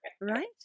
right